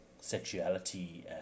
sexuality